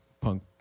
punk